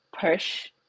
push